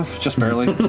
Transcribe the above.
just barely.